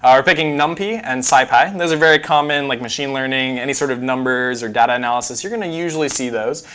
picking numpy and scipy. and those are very common. like machine learning, any sort of numbers or data analysis you're going to usually see those.